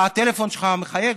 הטלפון שלך מחייג,